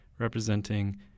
representing